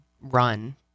run